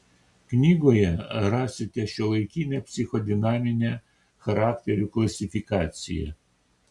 knygoje rasite šiuolaikinę psichodinaminę charakterių klasifikaciją